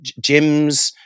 gyms